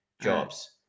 jobs